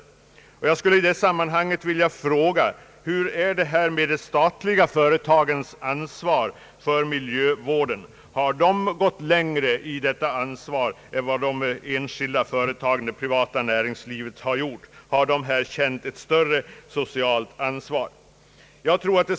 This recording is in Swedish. Jag skulle i detta sammanhang vilja fråga: Hur är det med de statliga företagens ansvar för miljövården? Har de här gått längre än de enskilda företagen har gjort? Har de känt ett större socialt ansvar?